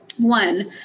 One